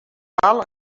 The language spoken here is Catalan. aval